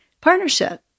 partnership